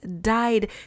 died